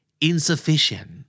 Insufficient